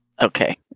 Okay